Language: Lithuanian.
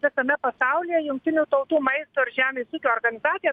visame pasaulyje jungtinių tautų maisto ir žemės ūkio organizacija